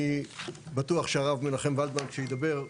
אני בטוח שהרב מנחם ולדמן שידבר,